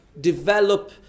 develop